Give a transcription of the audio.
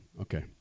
Okay